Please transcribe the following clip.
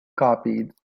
copied